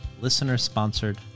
listener-sponsored